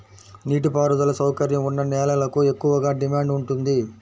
నీటి పారుదల సౌకర్యం ఉన్న నేలలకు ఎక్కువగా డిమాండ్ ఉంటుంది